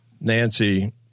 Nancy